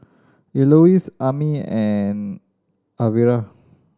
Elouise Amey and Alvera